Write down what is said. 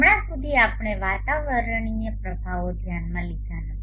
હમણાં સુધી આપણે વાતાવરણીય પ્રભાવો ધ્યાનમાં લીધા નથી